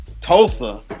Tulsa